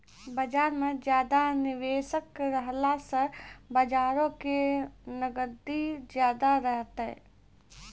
बजार मे ज्यादा निबेशक रहला से बजारो के नगदी ज्यादा रहतै